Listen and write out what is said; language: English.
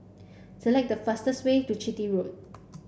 select the fastest way to Chitty Road